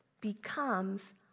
becomes